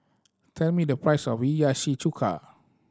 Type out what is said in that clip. tell me the price of Hiyashi Chuka